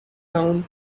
down